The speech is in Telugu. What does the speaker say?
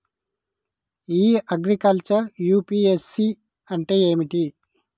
ఇ అగ్రికల్చర్ యూ.పి.ఎస్.సి అంటే ఏమిటి?